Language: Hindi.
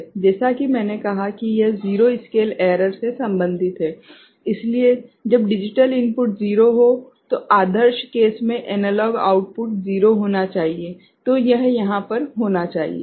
जैसा कि मैंने कहा कि यह जीरो स्केल एरर से संबंधित है इसलिए जब डिजिटल इनपुट 0 हो तो आदर्श केस मे एनालॉग आउटपुट 0 होना चाहिए तो यह यहाँ पर होना चाहिए